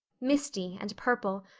misty and purple,